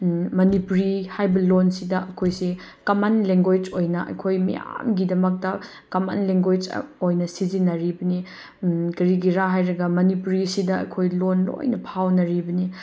ꯃꯅꯤꯄꯨꯔꯤ ꯍꯥꯏꯕ ꯂꯣꯟꯁꯤꯗ ꯑꯩꯈꯣꯏꯁꯦ ꯀꯃꯟ ꯂꯦꯡꯒꯣꯏꯁ ꯑꯣꯏꯅ ꯑꯩꯈꯣꯏ ꯃꯌꯥꯝꯒꯤꯗꯃꯛꯇ ꯀꯃꯟ ꯂꯦꯡꯒꯣꯏꯁ ꯑꯣꯏꯅ ꯁꯤꯖꯤꯟꯅꯔꯤꯕꯅꯤ ꯀꯔꯤꯒꯤꯔ ꯍꯥꯏꯔꯒ ꯃꯅꯤꯄꯨꯔꯤꯁꯤꯗ ꯑꯩꯈꯣꯏ ꯂꯣꯟ ꯂꯣꯏꯅ ꯐꯥꯎꯅꯔꯤꯕꯅꯤ